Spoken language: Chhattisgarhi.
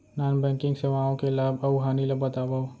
नॉन बैंकिंग सेवाओं के लाभ अऊ हानि ला बतावव